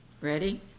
Ready